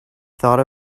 thought